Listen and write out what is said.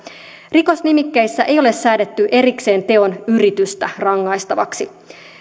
rikosnimikkeissä ei ole säädetty erikseen teon yritystä rangaistavaksi